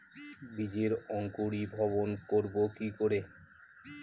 বীজের অঙ্কোরি ভবন করব কিকরে?